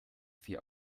vier